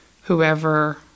whoever